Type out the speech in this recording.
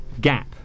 gap